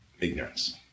ignorance